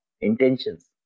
intentions